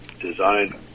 designed